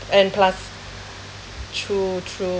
and plus true true